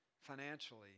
financially